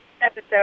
episode